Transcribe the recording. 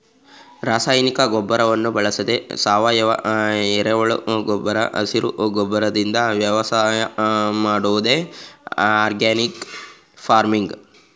ರಾಸಾಯನಿಕ ಗೊಬ್ಬರಗಳನ್ನು ಬಳಸದೆ ಸಾವಯವ, ಎರೆಹುಳು ಗೊಬ್ಬರ ಹಸಿರು ಗೊಬ್ಬರದಿಂದ ವ್ಯವಸಾಯ ಮಾಡುವುದೇ ಆರ್ಗ್ಯಾನಿಕ್ ಫಾರ್ಮಿಂಗ್